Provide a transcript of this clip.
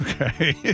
Okay